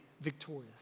victorious